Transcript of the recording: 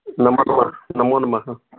नमः बोल् नमो नमः